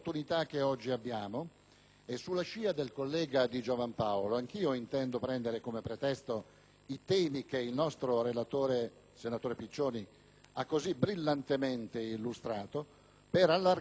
Sulla scia del collega Di Giovan Paolo, intendo prendere a pretesto i temi che il nostro relatore, senatore Piccioni, ha così brillantemente illustrato, per allargare il discorso